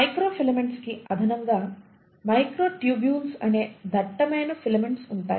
microfilaments కి అదనంగా microtubules అనే దట్టమైన ఫిలమెంట్స్ ఉంటాయి